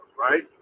right